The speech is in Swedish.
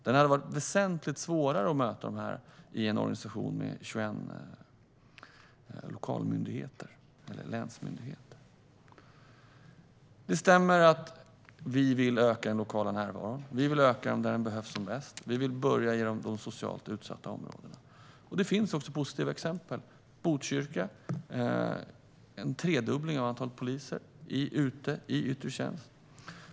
Det hade varit väsentligt svårare att möta de här påfrestningarna i en organisation med 21 länsmyndigheter. Det stämmer att vi vill öka den lokala närvaron. Vi vill öka den där den behövs som mest. Vi vill börja i de socialt utsatta områdena. Det finns också positiva exempel. I Botkyrka har man en tredubbling av antalet poliser i yttre tjänst.